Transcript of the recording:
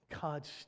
God